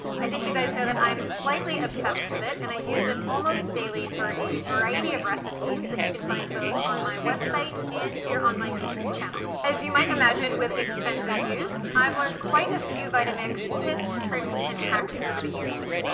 i think you guys know that i'm slightly obsessed with it and i use it almost daily for a variety of recipes that you can find both on my website and here on my youtube channel. as you might imagine with extensive use i've learned quite a few vitamix tips, tricks, and hacks over the years.